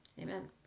amen